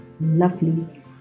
lovely